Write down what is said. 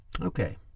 Okay